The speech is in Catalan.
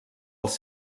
els